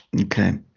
Okay